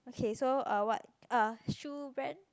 okay so uh what uh shoe brand